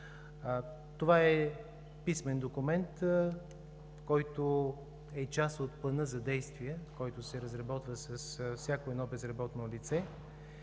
Това е писмен документ, който е част от плана за действие, който се разработва с всяко едно безработно лице